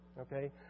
okay